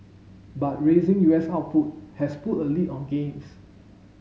but raising U S output has put a lid on gains